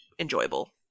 Enjoyable